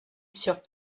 sur